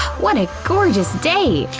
what a gorgeous day!